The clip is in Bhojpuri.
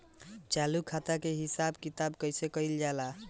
चालू खाता के हिसाब किताब कइसे कइल जाला?